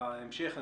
בהמשך.